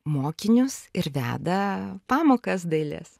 mokinius ir veda pamokas dailės